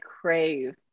crave